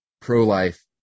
pro-life